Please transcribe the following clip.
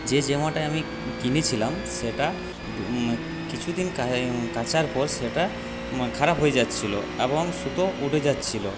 যে জামাটা আমি কিনেছিলাম সেটা কিছুদিন কাচার পর সেটা খারাপ হয়ে যাচ্ছিল এবং সুতো উঠে যাচ্ছিল